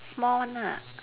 small one lah